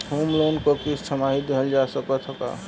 Home loan क किस्त छमाही देहल जा सकत ह का?